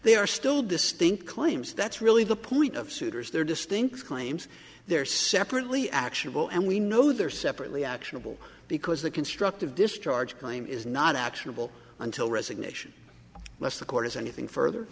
they are still distinct claims that's really the point of souter's they're distinct claims they're separately actionable and we know they're separately actionable because the constructive discharge claim is not actionable until resignation less the court is anything further